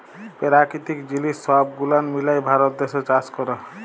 পেরাকিতিক জিলিস সহব গুলান মিলায় ভারত দ্যাশে চাষ ক্যরে